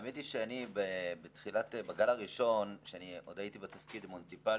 האמת היא שאני בגל הראשון שאני עוד הייתי בתפקיד מוניציפלי,